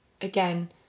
again